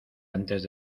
antes